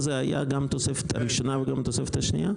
אתה לא דייקת.